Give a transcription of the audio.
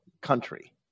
country